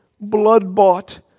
blood-bought